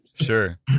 sure